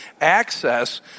access